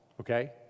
okay